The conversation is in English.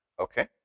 Okay